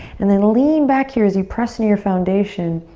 and then lean back here as you press into your foundation.